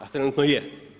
A trenutno je.